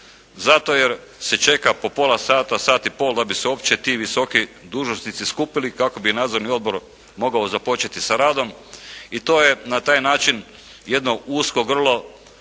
zato jer se čeka po pola sata, sat i pol da bi se uopće ti visoki dužnosnici skupili kako bi nadzorni odbor mogao započeti sa radom i to je na taj način jedno usko grlo